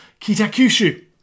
Kitakushu